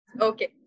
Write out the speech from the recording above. Okay